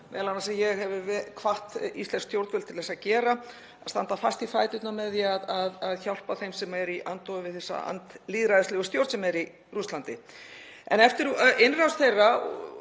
sem m.a. ég hef hvatt íslensk stjórnvöld til að gera, að standa fast í fæturna með því að hjálpa þeim sem eru í andófi við þessa andlýðræðislegu stjórn sem er í Rússlandi. Eftir innrás Rússa